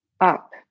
up